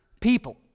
people